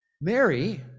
Mary